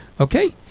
Okay